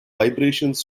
vibrations